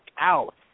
out